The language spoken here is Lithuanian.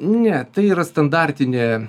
ne tai yra standartinė